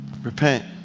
Repent